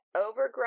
overgrown